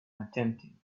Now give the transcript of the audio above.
attempting